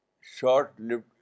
short-lived